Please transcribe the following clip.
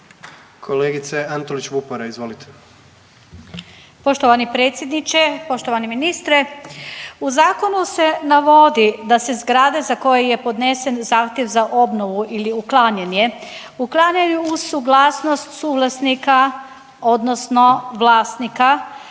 izvolite. **Antolić Vupora, Barbara (SDP)** Poštovani predsjedniče, poštovani ministre. U zakonu se navodi da se zgrade za koje je podnesen zahtjev za obnovu ili uklanjanje uklanjaju uz suglasnost suvlasnika odnosno vlasnika